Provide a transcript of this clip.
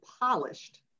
polished